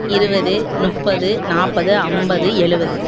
இருபது முப்பது நாற்பது ஐம்பது எழுபது